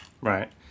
right